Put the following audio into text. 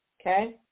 Okay